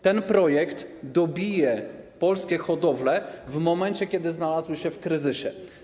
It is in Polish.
Ten projekt dobije polskie hodowle w momencie, kiedy znalazły się w kryzysie.